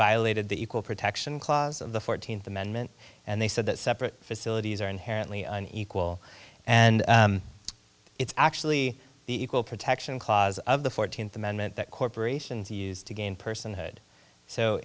violated the equal protection clause of the fourteenth amendment and they said that separate facilities are inherently unequal and it's actually the equal protection clause of the fourteenth amendment that corporations used to gain personhood so